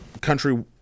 Country